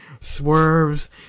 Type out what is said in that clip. swerves